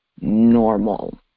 normal